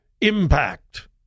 impact